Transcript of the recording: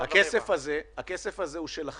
הכסף הזה שייך לחיילים.